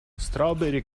strawberry